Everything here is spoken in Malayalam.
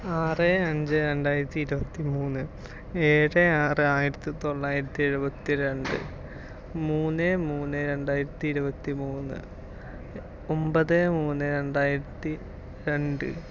ആറ് അഞ്ച് രണ്ടായിരത്തിയിരുപത്തി മൂന്ന് ഏഴ് ആറ് ആയിരത്തിത്തൊള്ളായിരത്തി എഴുപത്തി രണ്ട് മൂന്ന് മൂന്ന് രണ്ടായിരത്തിയിരുപത്തി മൂന്ന് ഒൻപത് മൂന്ന് രണ്ടായിരത്തി രണ്ട്